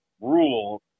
rule